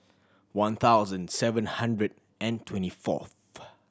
one thousand seven hundred and twenty fourth